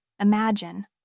Imagine